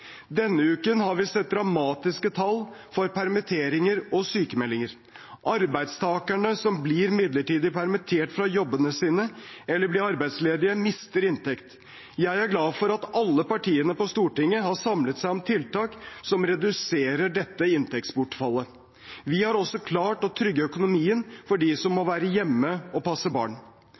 Denne uken har vi sett dramatiske tall for permitteringer og sykmeldinger. Arbeidstakere som blir midlertidig permittert fra jobbene sine eller blir arbeidsledige, mister inntekt. Jeg er glad for at alle partiene på Stortinget har samlet seg om tiltak som reduserer dette inntektsbortfallet. Vi har også klart å trygge økonomien for dem som må være hjemme og passe barn.